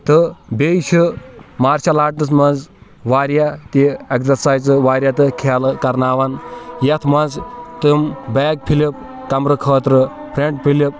تہٕ بیٚیہِ چھِ مارشل آٹَس منٛز واریاہ تہِ ایکزَرسایِزٕ واریاہ تہٕ کھیلہٕ کَرناوان یَتھ منٛز تِم بیک فِلِپ کَمرٕ خٲطرٕ فرٛینٛٹ فِلِپ